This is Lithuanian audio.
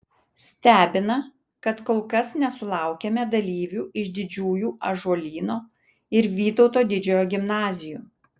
stebina kad kol kas nesulaukėme dalyvių iš didžiųjų ąžuolyno ir vytauto didžiojo gimnazijų